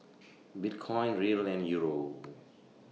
Bitcoin Riel and Euro